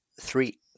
three